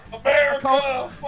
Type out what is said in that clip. America